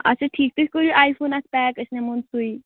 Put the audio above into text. اچھا ٹھیٖک تُہۍ کٔرِو اَکھ پیک أسۍ نِمون سُے